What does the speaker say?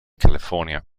california